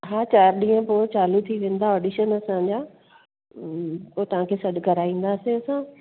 हा चारि ॾींहं पोइ चालू थी वेंदा ऑडिशन असांजा उहो तव्हांखे सॾु कराईंदासीं असां